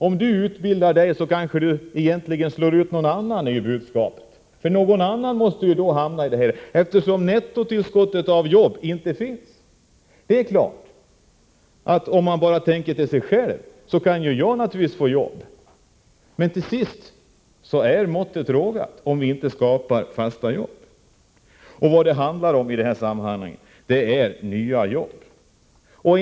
Om man utbildar sig kanske man slår ut någon annan, är budskapet. Någon annan måste då hamna i det sämsta läget. Det finns ju inget nettotillskott av arbeten. Om man bara tänker på sig själv kan man naturligtvis få arbete. Men till sist är måttet rågat om vi inte skapar fasta jobb. Det handlar i det här sammanhanget om just nya arbeten.